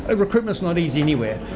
ah recruitment's not easy anywhere,